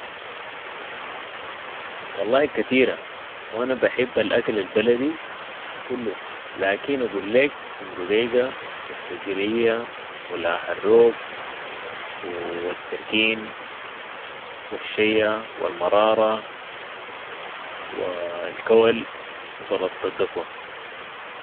والله كتيرة و انا بحب الاكل البلدي كلو لكن اقول ليك ام رقيقة و التقلية و ملاح الروب و التركين و الشية و المرارة و الكول و سلطة الدكوه